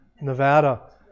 Nevada